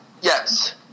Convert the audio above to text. yes